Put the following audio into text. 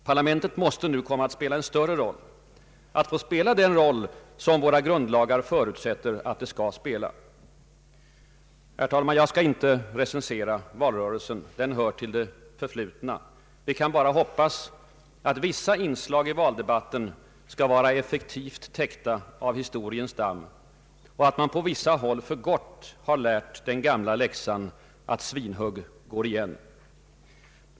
Parlamentet måste nu komma att spela en större roll, den roll som våra grundlagar förutsätter att det skall spela. Herr talman! Jag skall inte recensera valrörelsen. Den hör till det förflutna. Vi kan bara hoppas, att vissa inslag i valdebatten skall vara effektivt täckta av historiens damm och att man på vissa håll för gott lärt den gamla läxan att ”svinhugg går igen”.